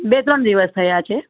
બે ત્રણ દિવસ થયા છે